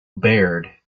baird